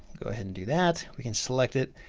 go ahead and do that. we can select it.